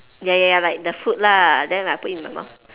ya ya ya like the food lah then I put in my mouth